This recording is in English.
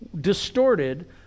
distorted